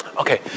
Okay